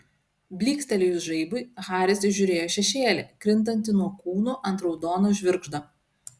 blykstelėjus žaibui haris įžiūrėjo šešėlį krintantį nuo kūnų ant raudono žvirgždo